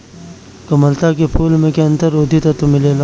कामलता के फूल में कैंसर रोधी तत्व मिलेला